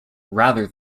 rather